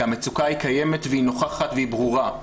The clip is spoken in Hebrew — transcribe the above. כי המצוקה היא קיימת והיא נוכחת והיא ברורה.